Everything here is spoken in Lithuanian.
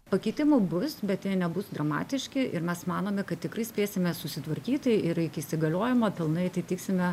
pakitimų bus bet jie nebus dramatiški ir mes manome kad tikrai spėsime susitvarkyti ir iki įsigaliojimo pilnai atitiksime